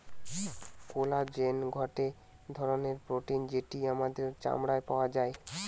collagen গটে ধরণের protein যেটি আমাদের চামড়ায় পাওয়া যায়